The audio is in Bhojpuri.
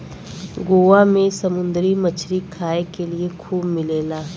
गोवा में समुंदरी मछरी खाए के लिए खूब मिलेला